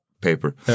paper